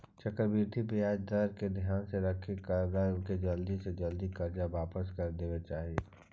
चक्रवृद्धि ब्याज दर के ध्यान में रखके करदाता के जल्दी से जल्दी कर्ज वापस कर देवे के चाही